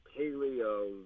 paleo